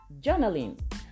journaling